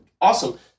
awesome